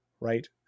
right